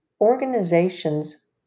organizations